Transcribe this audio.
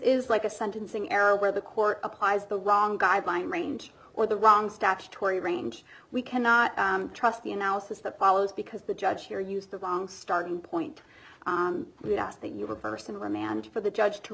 is like a sentencing error where the court applies the long guideline range or the wrong statutory range we cannot trust the analysis that follows because the judge here used the wrong starting point that you were personal remand for the judge to